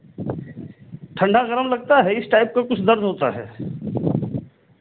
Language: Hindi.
ठंडा गरम लगता है इस टाइप का कुछ दर्द होता है